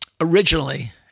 originally